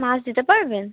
মাছ দিতে পারবেন